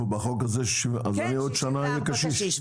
אז בעוד שנה אני אהיה קשיש.